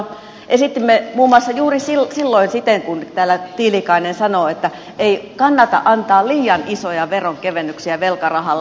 esitimme muun muassa juuri silloin siten kuin täällä tiilikainen sanoi että ei kannata antaa liian isoja veronkevennyksiä velkarahalla